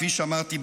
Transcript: כפי שאמרתי,